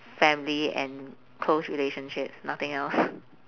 family and close relationships nothing else